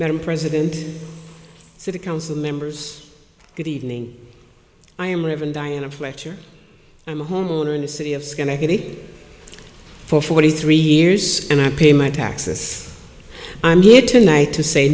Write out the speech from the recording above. that i'm president city council members good evening i am reverend diana fracture i'm a homeowner in the city of schenectady for forty three years and i pay my taxes i'm here tonight to say